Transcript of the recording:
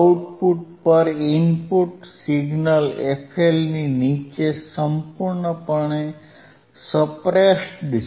output પર input signal fLની નીચે સંપૂર્ણપણે સપ્રેસ્ડ છે